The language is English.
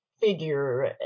figure